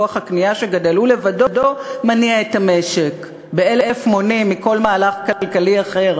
כוח הקנייה שגדל הוא לבדו מניע את המשק אלף מונים מכל מהלך אחר,